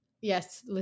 yes